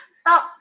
stop